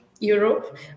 Europe